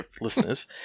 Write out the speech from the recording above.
listeners